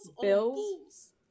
Bills